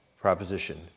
Proposition